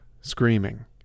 screaming